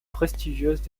prestigieuse